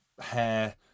hair